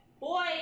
boy